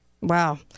Wow